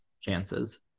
chances